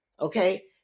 okay